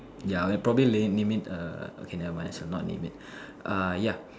ya I'll probably lame name it err okay never mind I shall not name it uh ya